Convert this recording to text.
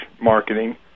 Marketing